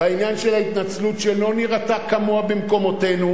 בעניין של ההתנצלות שלא נראתה כמוה במקומותינו,